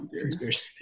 Conspiracy